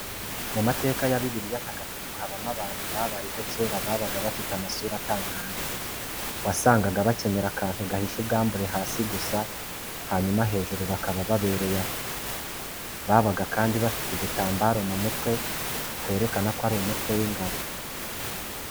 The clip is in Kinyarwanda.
Mu mateka ya Bibiliya ntagatifu habamo abantu babayeho kera babaga bafite amadura atangaje, wasangaga bakenyera akantu gahisha ubwambure hasi gusa hanyuma hejuru hakaba habereye aho, babaga kandi bafite udutambaro mu mutwe twerekana ko ari umutwe w'ingabo.